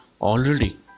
already